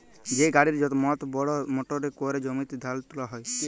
যে গাড়ির মত বড় মটরে ক্যরে জমিতে ধাল তুলা হ্যয়